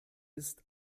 ist